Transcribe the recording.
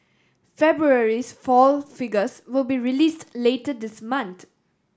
February's foil figures will be released later this month